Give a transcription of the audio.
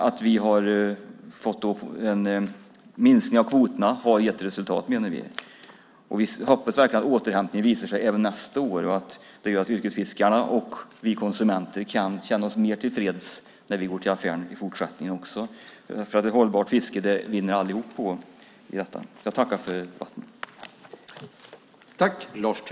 Att vi fått en minskning av kvoterna har, menar vi, gett resultat. Vi hoppas verkligen att återhämtningen visar sig även nästa år. På så sätt kan yrkesfiskare och vi konsumenter känna oss mer tillfreds när vi går till affären i fortsättningen. Ett hållbart fiske vinner vi alla på.